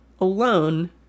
alone